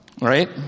Right